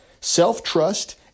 self-trust